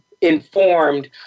informed